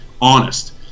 honest